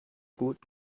gut